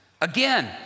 Again